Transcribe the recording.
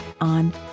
on